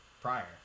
prior